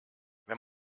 wenn